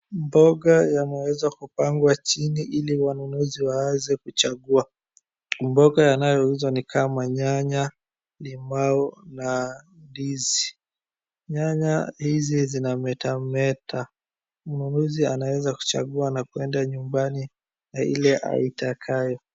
Mboga yameweza kupangwa chini ili wanunuzi waweze kuchagua mboga yanayouzwa ni kama nyanya, limau na ndizi .Nyanya hizi zinametameta mnunuzi anaeza kuchagua na kuenda nyumbani ili aitakayo.